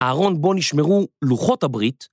הארון בו נשמרו לוחות הברית.